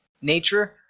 nature